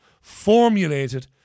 formulated